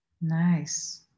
nice